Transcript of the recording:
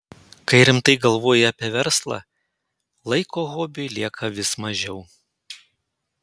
kai rimtai galvoji apie verslą laiko hobiui lieka vis mažiau